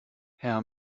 herr